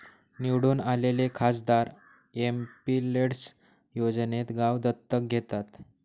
निवडून आलेले खासदार एमपिलेड्स योजनेत गाव दत्तक घेतात